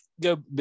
go